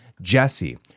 Jesse